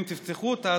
אם תפתחו אותה,